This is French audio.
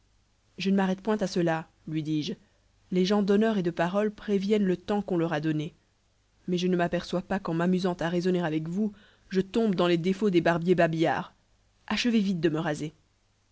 je ne m'arrête point à cela lui dis-je les gens d'honneur et de parole préviennent le temps qu'on leur a donné mais je ne m'aperçois pas qu'en m'amusant à raisonner avec vous je tombe dans les défauts des barbiers babillards achevez vite de me raser